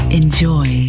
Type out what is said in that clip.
enjoy